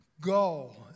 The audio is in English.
go